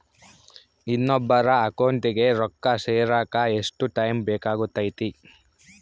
ಇನ್ನೊಬ್ಬರ ಅಕೌಂಟಿಗೆ ರೊಕ್ಕ ಸೇರಕ ಎಷ್ಟು ಟೈಮ್ ಬೇಕಾಗುತೈತಿ?